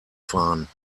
fahren